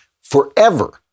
forever